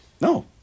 No